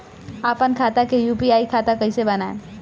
आपन खाता के यू.पी.आई खाता कईसे बनाएम?